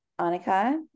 Anika